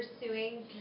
pursuing